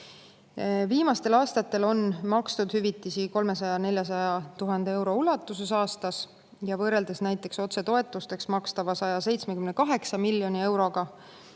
Viimastel aastatel on makstud hüvitisi 300 000 – 400 000 euro ulatuses aastas. Võrreldes näiteks otsetoetustena makstava 178 miljoni euroga